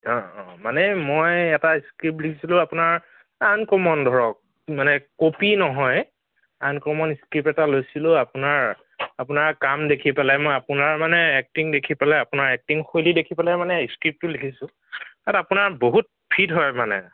মানে মই এটা স্ক্ৰীপ্ট লিখিছিলোঁ আপোনাৰ আনকমন ধৰক মানে কপি নহয় আনকমন স্ক্ৰীপ্ট এটা লৈছিলোঁ আপোনাৰ আপোনাৰ কাম দেখি পেলাই মই আপোনাৰ মানে এক্টিং দেখি পেলাই আপোনাৰ এক্টিং শৈলী দেখি পেলাই মানে স্ক্ৰীপ্টটো লিখিছোঁ তাত আপোনাৰ বহুত ফিট হয় মানে